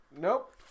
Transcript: Nope